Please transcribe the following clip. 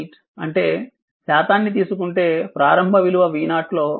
368 అంటే శాతాన్ని తీసుకుంటే ప్రారంభ విలువ v0 లో 36